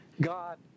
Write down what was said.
God